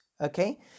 okay